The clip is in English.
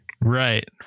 Right